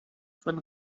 von